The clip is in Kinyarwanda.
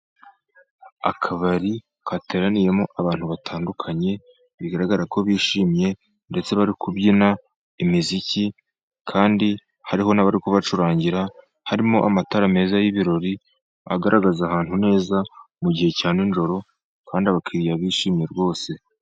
Akabari kateraniyemo abantu batandukanye, bigaragara ko bishimye. Ndetse bari kubyina imiziki kandi hariho n'abari kubacurangira. Harimo amatara meza y'ibirori agaragaza ahantu heza mu gihe cya nijoro, kandi abakiriya bishimye rwose.